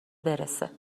برسه